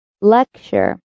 Lecture